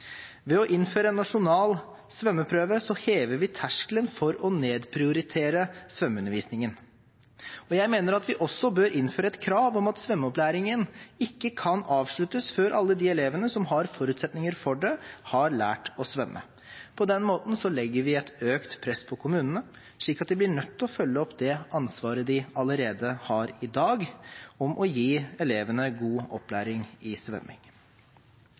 Ved å innføre en nasjonal svømmeprøve hever vi terskelen for å nedprioritere svømmeundervisningen. Jeg mener at vi også bør innføre et krav om at svømmeopplæringen ikke kan avsluttes før alle de elevene som har forutsetninger for det, har lært å svømme. På den måten legger vi et økt press på kommunene, slik at de blir nødt til å følge opp det ansvaret de allerede har i dag for å gi elevene god opplæring i svømming.